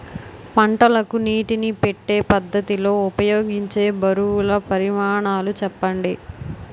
పంటలకు నీటినీ పెట్టే పద్ధతి లో ఉపయోగించే బరువుల పరిమాణాలు చెప్పండి?